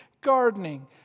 gardening